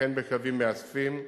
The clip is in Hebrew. וכן בקווים מאספים,